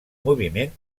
moviment